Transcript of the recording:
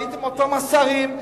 והייתם אותם השרים,